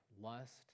lust